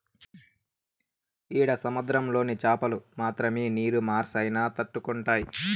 ఈడ సముద్రంలోని చాపలు మాత్రమే నీరు మార్పైనా తట్టుకుంటాయి